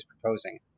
proposing